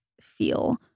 feel